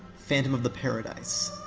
phantom of the paradise,